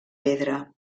pedra